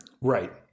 Right